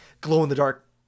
glow-in-the-dark